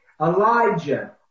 Elijah